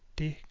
det